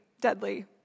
deadly